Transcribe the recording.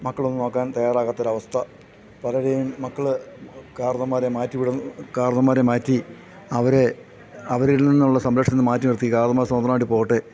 മക്കളൊന്നും നോക്കാൻ തയാറാകാത്തൊരവസ്ഥ പലരെയും മക്കള് കാർന്നോന്മാരെ മാറ്റിവിടും കാർന്നോന്മാരെ മാറ്റി അവരെ അവരിൽ നിന്നുള്ള സംരക്ഷണത്തിന്നു മാറ്റിനിർത്തി കാർന്നോന്മാര് സ്വതന്ത്രരായിട്ടു പോകട്ടെ